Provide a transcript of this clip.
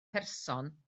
person